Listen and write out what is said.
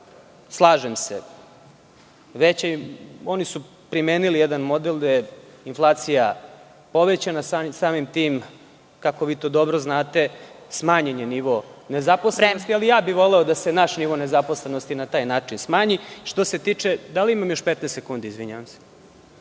Slažem se. Oni su primenili jedan model da je inflacija povećana, samim tim, kako vi to dobro znate, smanjen je nivo nezaposlenosti, ali ja bih voleo da se naš nivo nezaposlenosti na taj način smanji. **Vesna Kovač** Vreme.